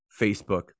Facebook